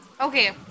okay